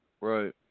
Right